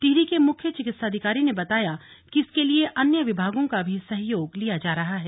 टिहरी के मुख्य चिकित्साधिकारी ने बताया कि इसके लिए अन्य विभागों का भी सहयोग लिया जा रहा है